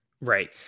Right